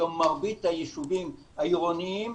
היום מרבית הישובים העירוניים,